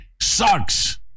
sucks